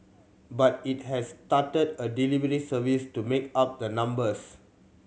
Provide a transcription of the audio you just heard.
but it has started a delivery service to make up the numbers